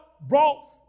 brought